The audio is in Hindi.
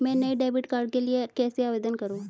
मैं नए डेबिट कार्ड के लिए कैसे आवेदन करूं?